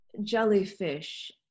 jellyfish